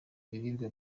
ibiribwa